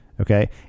Okay